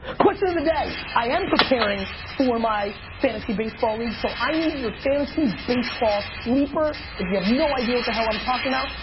question of the day! i am preparing for my fantasy baseball league, so i need your fantasy baseball sleeper. if you have no idea what the hell i'm talking about,